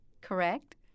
correct